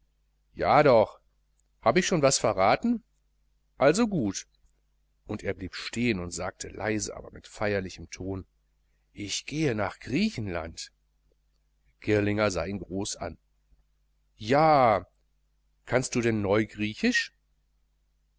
ja doch hab ich schon was verraten also gut und er blieb stehen und sagte leise aber mit feierlichem tone ich gehe nach griechenland girlinger sah ihn groß an ja kannst du denn neugriechisch